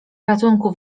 ratunku